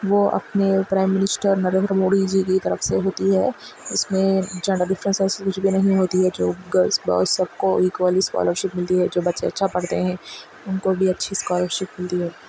وہ اپنے prime minister Narendra Modi ji کی طرف سے ہوتی ہے اس میں جینڈر ڈیفرینسیز کچھ بھی نہیں ہوتی ہے جو گلس بوائز سب کو ایکولی اسکالرشپ ملتی ہے جو بچے اچھا پڑھتے ہیں ان کو بھی اچھی اسکالرشپ ملتی ہے